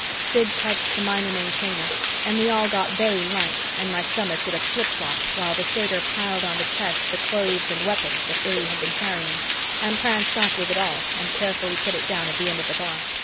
sid touched the minor maintainer and we all got very light and my stomach did a flip-flop while the satyr piled on the chest the clothes and weapons that illy had been carrying and pranced off with it all and carefully put it down at the end of the bar.